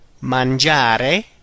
Mangiare